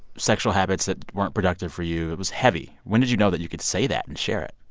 sexual habits that weren't productive for you. it was heavy. when did you know that you could say that and share it?